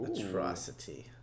atrocity